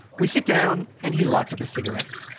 we sit down and he lights up a cigarette.